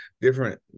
different